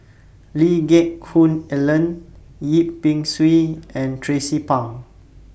Lee Geck Hoon Ellen Yip Pin Xiu and Tracie Pang